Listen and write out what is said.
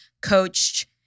coached